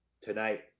Tonight